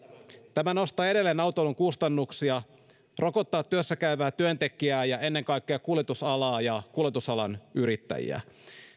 tämä nostaa edelleen autoilun kustannuksia rokottaa työssäkäyvää työntekijää ja ennen kaikkea kuljetusalaa ja kuljetusalan yrittäjiä